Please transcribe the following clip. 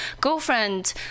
girlfriend